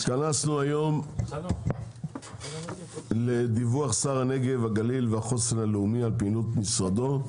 התכנסנו היום לדיווח שר הנגב הגליל והחוסן הלאומי על פעילות משרדו.